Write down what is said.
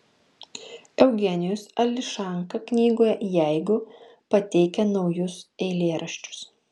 eugenijus ališanka knygoje jeigu pateikia naujus eilėraščius